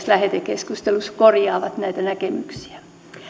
lähetekeskustelussa korjaavat näitä näkemyksiä